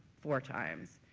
four times.